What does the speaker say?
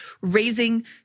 raising